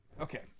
okay